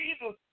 Jesus